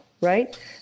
Right